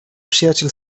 przyjaciel